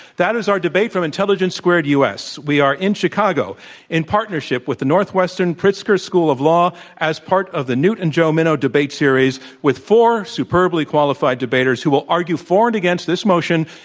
that is our debate from intelligence squared u. s. we are in chicago in partnership with the northwestern pritzker school of law as part of the newt and jo minow debate series with four superbly qualified debaters who will argue for and against this motion,